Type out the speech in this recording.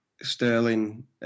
Sterling